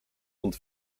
und